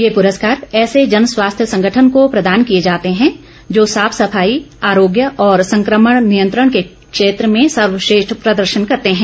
यह प्रस्कार ऐसे जन स्वास्थ्य संगठन को प्रदान किए जाते हैं जो साफ सफाई आरोग्य और संक्रमण नियंत्रण के क्षेत्र में सर्वश्रेष्ठ प्रदर्शन करते हैं